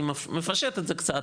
אני מפשט את זה קצת,